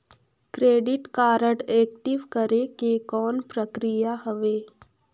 Credit card active करे के कौन प्रक्रिया हवे?